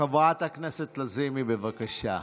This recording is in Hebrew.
חברת הכנסת לזימי, בבקשה.